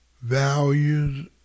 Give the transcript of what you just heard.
values